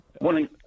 Morning